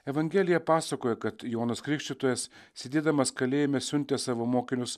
evangelija pasakoja kad jonas krikštytojas sėdėdamas kalėjime siuntė savo mokinius